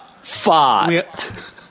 Fart